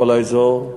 כל האזור,